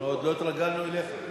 אנחנו עוד לא התרגלנו אליך.